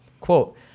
quote